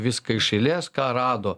viską iš eilės ką rado